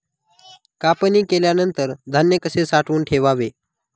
कापणी केल्यानंतर धान्य कसे साठवून ठेवावे?